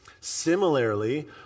Similarly